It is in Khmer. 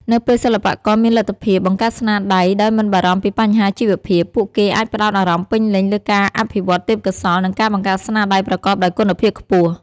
នៅពេលសិល្បករមានលទ្ធភាពបង្កើតស្នាដៃដោយមិនបារម្ភពីបញ្ហាជីវភាព ពួកគេអាចផ្តោតអារម្មណ៍ពេញលេញលើការអភិវឌ្ឍទេពកោសល្យ និងការបង្កើតស្នាដៃប្រកបដោយគុណភាពខ្ពស់។